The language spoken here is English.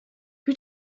who